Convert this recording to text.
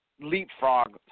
leapfrog